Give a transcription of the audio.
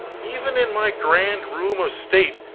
even in my grand room of state,